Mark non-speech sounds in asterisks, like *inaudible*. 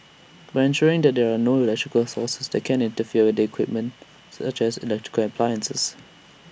by ensuring that there are no electrical sources that can *unintelligible* with the equipment such as electrical appliances